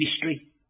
mystery